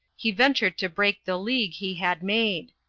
he ventured to break the league he had made.